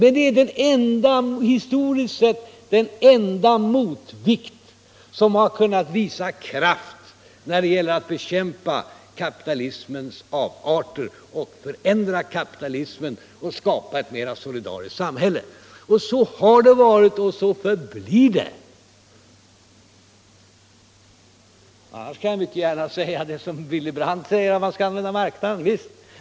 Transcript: Men det är historiskt sett den enda kraft som har kunnat bekämpa kapitalismens avarter, förändra kapitalismen och skapa ett mera solidariskt samhälle. Så har det varit och så förblir det. Annars kan jag mycket gärna säga det som Willy Brandt säger, att man skall använda marknaden. Visst!